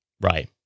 Right